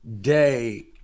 day